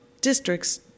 district's